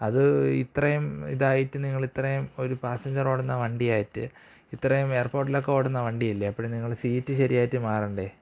അത് ഇത്രയും ഇതായിട്ടും നിങ്ങളിത്രയും ഒരു പാസ്സഞ്ചർ ഓടുന്ന വണ്ടിയായിട്ട് ഇത്രയും എയർ പോർട്ടിലൊക്കെ ഓടുന്ന വണ്ടിയല്ലേ അപ്പോള് നിങ്ങള് സീറ്റ് ശരിയായിട്ട് മാറണ്ടേ